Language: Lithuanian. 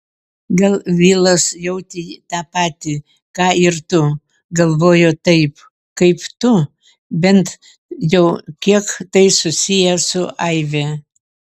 gal vilas jautė tą patį ką ir tu galvojo taip kaip tu bent jau kiek tai susiję su aive